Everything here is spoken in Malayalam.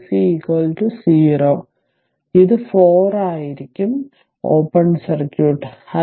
iSC 0 ഇത് 4 ആയിരിക്കും ഓപ്പൺ സർക്യൂട്ട്